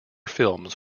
films